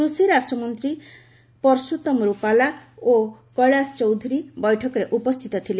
କୃଷି ରାଷ୍ଟ୍ରମନ୍ତ୍ରୀ ପରଶୁତ୍ତମ ରୂପାଲା ଓ କେଳାସ ଚୌଧୁରୀ ବୈଠକରେ ଉପସ୍ଥିତ ଥିଲେ